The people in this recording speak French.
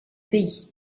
pays